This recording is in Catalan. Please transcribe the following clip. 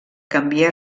canvia